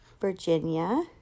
Virginia